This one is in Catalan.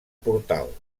portal